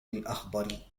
الأخضر